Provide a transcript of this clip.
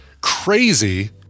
crazy